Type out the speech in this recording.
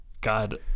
God